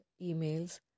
emails